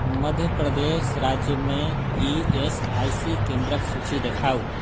मध्यप्रदेश राज्यमे E S I C केन्द्रक सूची देखाउ